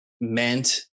meant